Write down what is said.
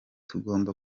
tugomba